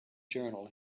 journal